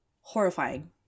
horrifying